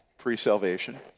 pre-salvation